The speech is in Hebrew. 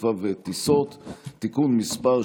חוץ וביטחון בעניין הכרזה על מצב חירום